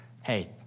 hey